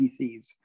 PCs